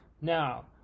Now